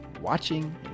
watching